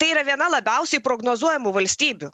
tai yra viena labiausiai prognozuojamų valstybių